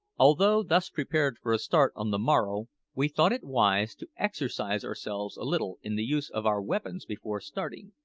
although thus prepared for a start on the morrow we thought it wise to exercise ourselves a little in the use of our weapons before starting,